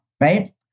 right